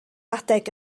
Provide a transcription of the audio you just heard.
adeg